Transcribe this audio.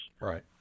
Right